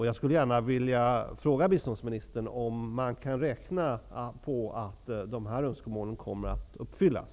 Jag skulle vilja fråga biståndsministern om man kan räkna på att dessa önskemål kommer att uppfyllas.